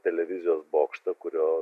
televizijos bokštą kurio